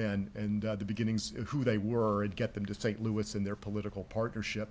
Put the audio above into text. men and the beginnings of who they were and get them to st louis in their political partnership